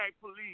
police